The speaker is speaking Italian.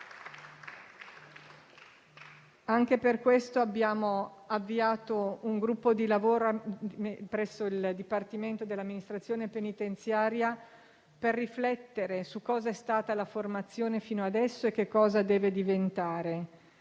Anche per questo abbiamo avviato un gruppo di lavoro presso il Dipartimento dell'amministrazione penitenziaria per riflettere su cosa è stata la formazione fino adesso e che cosa deve diventare,